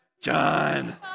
John